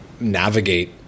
navigate